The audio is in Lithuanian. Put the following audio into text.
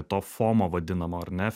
to fomo vadinamo ar ne